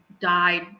died